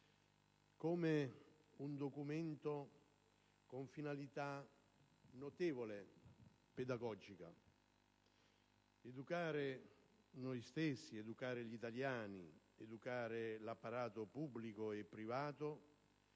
come un documento con finalità altamente pedagogica: educare noi stessi, educare gli italiani, educare l'apparato pubblico e privato